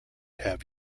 have